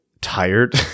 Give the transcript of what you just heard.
tired